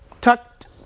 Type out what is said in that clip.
tucked